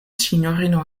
sinjorino